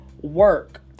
work